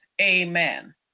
Amen